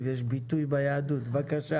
יש לי שתי בקשות: